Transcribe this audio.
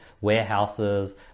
warehouses